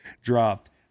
dropped